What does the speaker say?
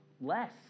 less